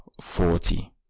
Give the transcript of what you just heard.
forty